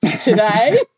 today